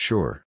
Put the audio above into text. Sure